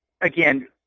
again